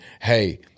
hey